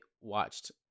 watched